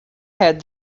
had